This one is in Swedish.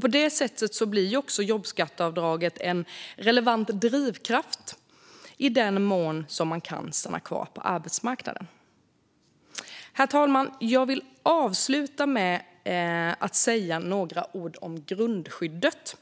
På det sättet blir jobbskatteavdraget också en relevant drivkraft att, i den mån man kan, stanna kvar på arbetsmarknaden. Herr talman! Jag vill avsluta med att säga några ord om grundskyddet.